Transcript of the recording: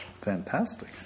fantastic